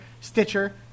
Stitcher